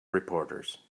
reporters